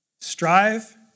Strive